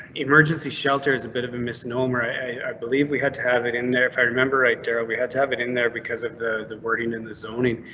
emergency shelter is a bit of a misnomer. i believe we had to have it in there if i remember right there we had to have it in there because of the wording in the zoning.